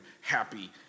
happy